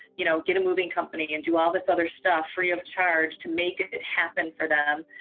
you know, get a moving company and do all this other stuff free of charge to make it happen for them,